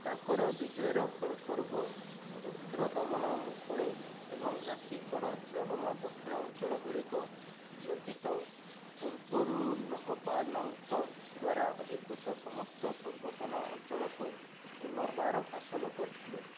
ତାଙ୍କର ବିଜୟର ଫଳସ୍ୱରୂପ ରୁଦ୍ରଦମନ ମୁଁ ପୁଣେ ଏବଂ ନାସିକର ଚରମ ଦକ୍ଷିଣ ଅଞ୍ଚଳଗୁଡ଼ିକ ବ୍ୟତୀତ ପୂର୍ବରୁ ନହପାନଙ୍କ ଦ୍ୱାରା ଅଧିକୃତ ସମସ୍ତ ପୂର୍ବତନ ଅଞ୍ଚଳକୁ ପୁନର୍ବାର ହାସଲ କରିଥିଲେ